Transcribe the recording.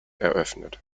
eröffnet